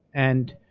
and,